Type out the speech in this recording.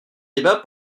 débats